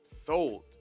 Sold